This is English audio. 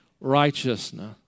righteousness